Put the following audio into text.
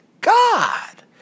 God